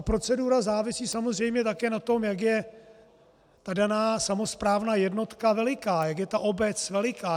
Procedura závisí samozřejmě také na tom, jak je daná samosprávná jednotka veliká, jak je ta obec veliká.